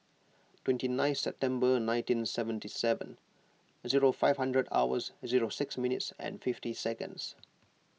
twenty nine September nineteen seventy seven zero five hundred hours zero six minutes and fifty seconds